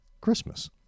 Christmas